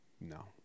No